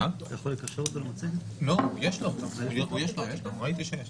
פנינה עומר הייתה